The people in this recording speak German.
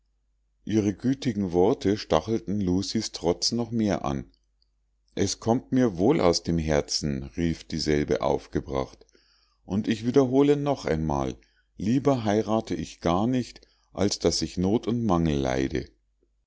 ihre gütigen worte stachelten lucies trotz noch mehr an es kommt mir wohl aus dem herzen rief dieselbe aufgebracht und ich wiederhole noch einmal lieber heirate ich gar nicht als daß ich not und mangel leide